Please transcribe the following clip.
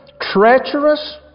treacherous